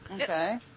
Okay